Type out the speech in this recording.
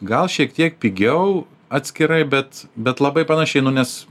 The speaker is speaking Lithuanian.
gal šiek tiek pigiau atskirai bet bet labai panašiai nu nes